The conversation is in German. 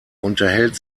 unterhält